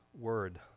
word